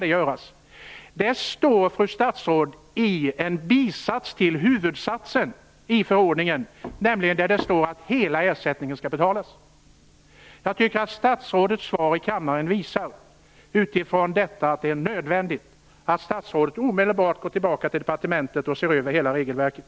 Det framgår av en bisats till den huvudsats i förordningen där det står att hela ersättningen skall betalas. Jag tycker att statsrådets svar i kammaren visar att det är nödvändigt att statsrådet omedelbart går tillbaka till departementet och ser över hela regelverket.